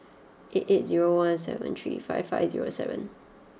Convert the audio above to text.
eight eight zero one seven three five five zero seven